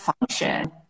function